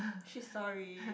she sorry